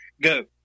Go